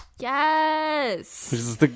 yes